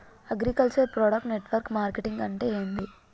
Agriculture product network marketing అంటే ఏంది?